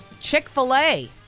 Chick-fil-A